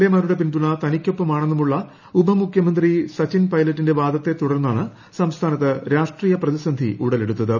A മാരുടെ പിന്തുണ തനിക്കൊപ്പമാണെന്നുമുളള ഉപമുഖ്യമന്ത്രി സച്ചിൻ പൈലറ്റിന്റെ വാദത്തെ ് തുടർന്നാണ് സംസ്ഥാനത്ത് രാഷ്ട്രീയ പ്രതിസന്ധി ഉടലെടുത്തത്